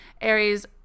Aries